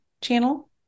channel